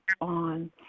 on